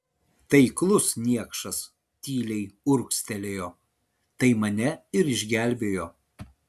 taiklus niekšas tyliai urgztelėjo tai mane ir išgelbėjo